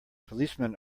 policemen